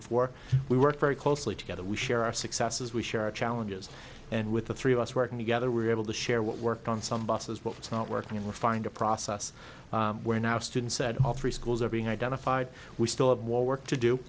before we worked very closely together we share our successes we share our challenges and with the three of us working together we're able to share what worked on some buses but it's not working we find a process where now students said all three schools are being identified we still have more work to do